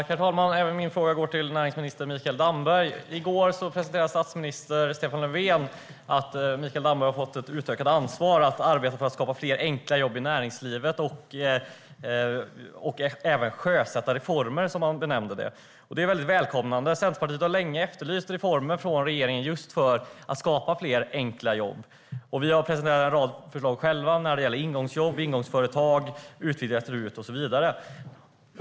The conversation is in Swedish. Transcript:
Herr talman! Även min fråga går till näringsminister Mikael Damberg. I går tillkännagav statsminister Stefan Löfven att Mikael Damberg fått utökat ansvar och ska arbeta för att skapa fler enkla jobb i näringslivet och även sjösätta reformer, som han benämnde det. Det är väldigt välkommet. Centerpartiet har länge efterlyst reformer från regeringen just för att skapa fler enkla jobb. Vi har själva presenterat en rad förslag som gäller ingångsjobb, ingångsföretag, utvidgat RUT-avdrag och så vidare.